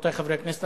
רבותי חברי הכנסת,